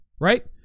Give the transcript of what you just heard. Right